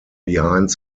behind